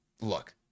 look